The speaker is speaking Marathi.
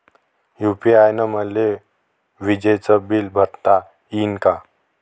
यू.पी.आय न मले विजेचं बिल भरता यीन का?